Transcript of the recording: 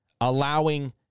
allowing